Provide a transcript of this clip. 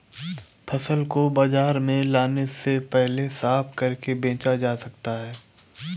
फसल को बाजार में लाने से पहले साफ करके बेचा जा सकता है?